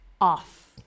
off